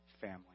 family